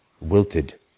wilted